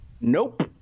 Nope